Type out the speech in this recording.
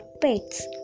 pets